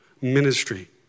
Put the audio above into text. ministry